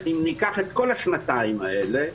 אם ניקח את כל השנתיים האלה,